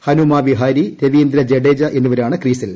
ഹനുമാ വിഹാരി രവീന്ദ്ര ജഡേജ എന്നിവരാണ് ക്രീസിൽ